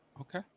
Okay